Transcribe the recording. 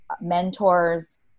mentors